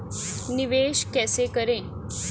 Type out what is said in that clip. निवेश कैसे करें?